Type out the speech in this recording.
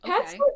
okay